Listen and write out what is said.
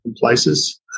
places